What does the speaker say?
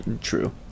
True